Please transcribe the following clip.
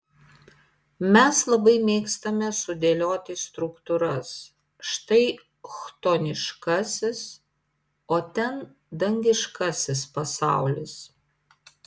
mes labai mėgstame sudėlioti struktūras štai chtoniškasis o ten dangiškasis pasaulis